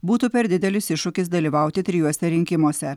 būtų per didelis iššūkis dalyvauti trijuose rinkimuose